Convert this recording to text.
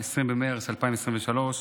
20 במרץ 2023,